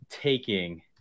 taking